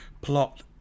plot